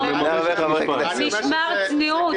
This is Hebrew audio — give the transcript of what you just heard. משמר צניעות.